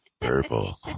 Purple